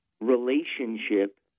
relationship